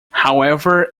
however